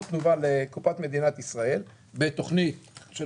תנובה לקופת מדינת ישראל בתוכנית של